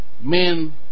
Men